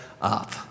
up